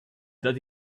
that